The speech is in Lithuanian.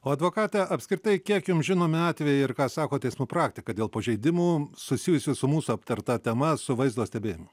o advokate apskritai kiek jums žinomi atvejai ir ką sako teismų praktika dėl pažeidimų susijusių su mūsų aptarta tema su vaizdo stebėjimu